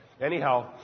Anyhow